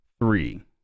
three